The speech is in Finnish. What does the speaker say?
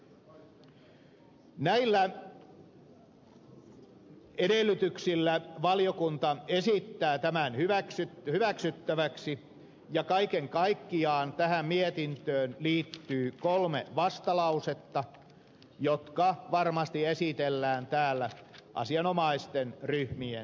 näillä edellytyksillä valiokunta esittää tämän hyväksyttäväksi ja kaiken kaikkiaan tähän mietintöön liittyy kolme vastalausetta jotka varmasti esitellään täällä asianomaisten ryhmien toimesta